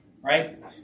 right